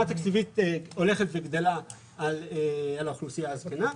תקציבית הולכת וגדלה על האוכלוסייה הזקנה.